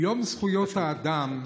יום זכויות האדם,